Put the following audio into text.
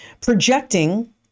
projecting